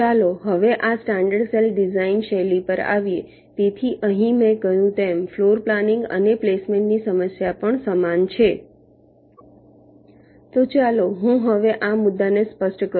ચાલો હવે આ સ્ટાન્ડર્ડ સેલ ડિઝાઇન શૈલી પર આવીએ તેથી અહીં મેં કહ્યું તેમ ફ્લોર પ્લાનિંગ અને પ્લેસમેન્ટ ની સમસ્યા પણ સમાન છે તો ચાલો હું હવે આ મુદ્દાને સ્પષ્ટ કરું